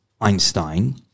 Einstein